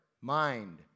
mind